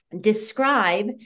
describe